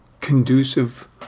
conducive